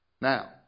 Now